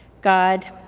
God